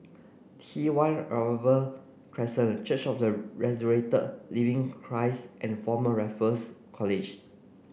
T one Crescent Church of the Resurrected Living Christ and Former Raffles College